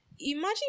Imagine